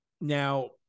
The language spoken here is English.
Now